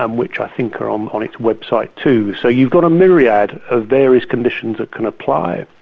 um which i think are um on its website too. so you've got a myriad of various conditions that can apply.